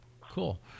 Cool